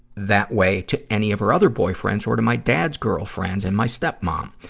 that way to any of her other boyfriends or to my dad's girlfriends and my stepmom.